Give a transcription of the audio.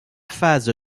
phase